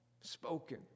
spoken